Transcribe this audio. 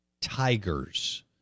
Tigers